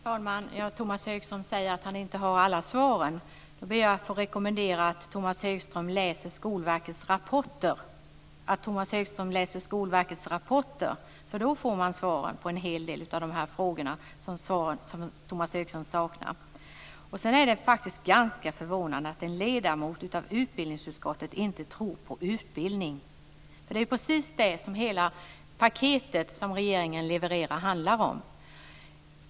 Fru talman! Tomas Högström säger att han inte har alla svar. Då ber jag att få rekommendera att Tomas Högström läser Skolverkets rapporter. Där får man svar på en hel del av de frågor som Tomas Högström ställer. Sedan är det faktiskt ganska förvånande att en ledamot av utbildningsutskottet inte tror på utbildning. För det är ju precis det som hela det paket som regeringen levererar handlar om.